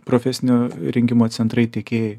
profesinio rengimo centrai tiekėjai